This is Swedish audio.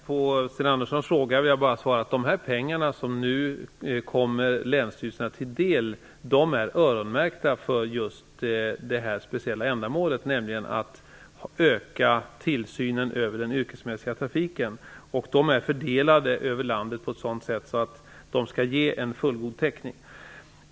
Fru talman! På Sten Anderssons fråga vill jag svara att de pengar som nu kommer länsstyrelserna till del är öronmärkta för just detta speciella ändamål, nämligen att öka tillsynen över den yrkesmässiga trafiken. Pengarna är fördelade över landet på ett sådant sätt att de skall ge en fullgod täckning.